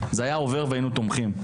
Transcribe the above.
זה היה עובר והיינו תומכים.